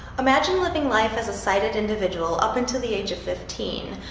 imagine living life as a sighted individual up until the age of fifteen,